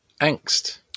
Angst